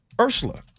Ursula